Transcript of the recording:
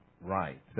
right